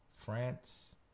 France